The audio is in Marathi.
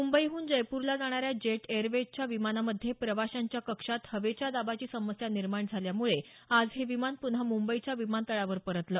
मुंबईहून जयपूरला जाणाऱ्या जेट एयरवेजच्या विमानामध्ये प्रवाशांच्या कक्षात हवेच्या दाबाची समस्या निर्माण झाल्यामुळे आज हे विमान पुन्हा मुंबईच्या विमानतळावर परतलं